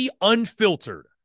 Unfiltered